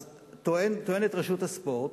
אז טוענת רשות הספורט: